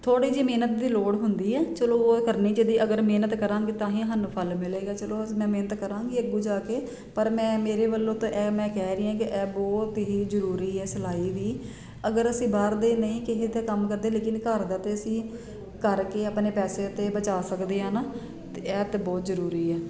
ਥੋੜ੍ਹੀ ਜਿਹੀ ਮਿਹਨਤ ਦੀ ਲੋੜ ਹੁੰਦੀ ਹੈ ਚਲੋ ਉਹ ਕਰਨੀ ਚਾਹੀਦੀ ਅਗਰ ਮਿਹਨਤ ਕਰਾਂਗੇ ਤਾਂ ਹੀ ਸਾਨੂੰ ਫਲ ਮਿਲੇਗਾ ਚਲੋ ਮੈਂ ਮਿਹਨਤ ਕਰਾਂਗੀ ਅੱਗੋਂ ਜਾ ਕੇ ਪਰ ਮੈਂ ਮੇਰੇ ਵੱਲੋਂ ਤਾਂ ਇਹ ਮੈਂ ਕਹਿ ਰਹੀ ਹਾਂ ਕਿ ਇਹਹ ਬਹੁਤ ਹੀ ਜ਼ਰੂਰੀ ਹੈ ਸਿਲਾਈ ਵੀ ਅਗਰ ਅਸੀਂ ਬਾਹਰ ਦੇ ਨਹੀਂ ਕਿਸੇ ਦੇ ਕੰਮ ਕਰਦੇ ਲੇਕਿਨ ਘਰ ਦਾ ਤਾਂ ਅਸੀਂ ਕਰਕੇ ਆਪਣੇ ਪੈਸੇ ਤਾਂ ਬਚਾ ਸਕਦੇ ਹਾਂ ਨਾਂ ਅਤੇ ਇਹ ਤਾਂ ਬਹੁਤ ਜ਼ਰੂਰੀ ਹੈ